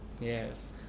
yes